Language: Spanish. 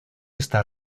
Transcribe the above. esta